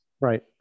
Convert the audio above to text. Right